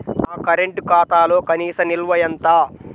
నా కరెంట్ ఖాతాలో కనీస నిల్వ ఎంత?